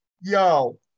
Yo